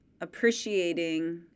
appreciating